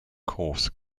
coarse